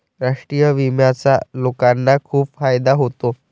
राष्ट्रीय विम्याचा लोकांना खूप फायदा होतो